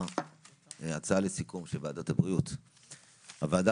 משרד הבריאות, הבנת?